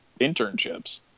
internships